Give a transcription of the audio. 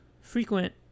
frequent